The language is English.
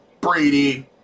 Brady